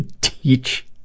teach